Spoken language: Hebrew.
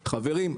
חברים,